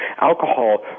alcohol